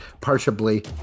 Partially